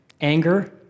Anger